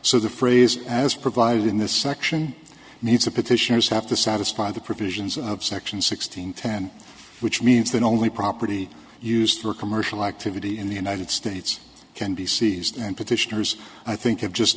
so the phrase as provided in this section needs the petitioners have to satisfy the provisions of section sixteen ten which means that only property used for commercial activity in the united states can be seized and petitioners i think have just